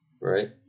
Right